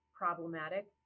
problematic